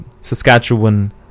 Saskatchewan